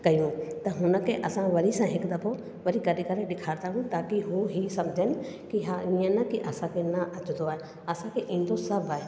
कयूं त हुनखे असां वरी सां हिकु दफ़ो वरी करे करे ॾेखारंदा आहियूं ताकि उहो ही समुझनि कि हा हीअं न असांखे न अचंदो आहे असांखे ईंदो सभु आहे